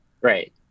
Right